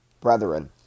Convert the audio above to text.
Brethren